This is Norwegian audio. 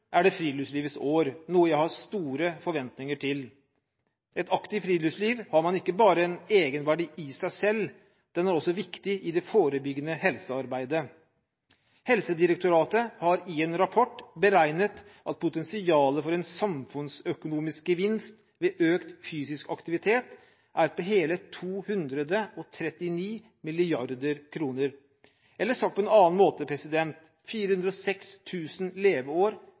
er det Friluftslivets år, noe jeg har store forventninger til. Et aktivt friluftsliv har ikke bare en egenverdi i seg selv, det er også viktig i det forebyggende helsearbeidet. Helsedirektoratet har i en rapport beregnet at potensialet for en samfunnsøkonomisk gevinst ved økt fysisk aktivitet er på hele 239 mrd. kr årlig, eller, sagt på en annen måte, 406 000 leveår